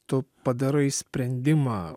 tu padarai sprendimą